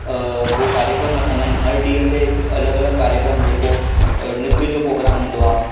हूं कार्यक्रम रखंदा आहिनि हर ॾींहुं ते हिकु अलॻि अलॻि कार्यक्रम जेको नृत्य जो पोग्राम हूंदो आहे